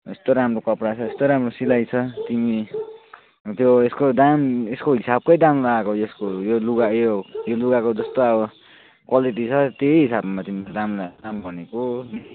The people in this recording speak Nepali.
यस्तो राम्रो कपडा छ यस्तो राम्रो सिलाई छ तिमी त्यो यसको दाम यसको हिसाबकै दाम आएको यसको यो लुगा यो लुगाको जस्तो अब क्वालिटी छ त्यही हिसाबमा तिमीलाई दाममा दाम भनेको